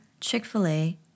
Chick-fil-A